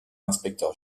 inspecteur